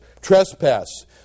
trespass